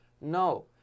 No